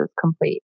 complete